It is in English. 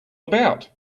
about